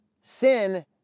sin